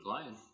playing